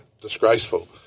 disgraceful